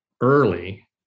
early